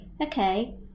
okay